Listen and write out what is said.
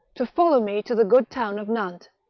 to follow me to the good town of nantes,